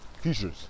Features